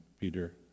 Peter